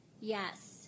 Yes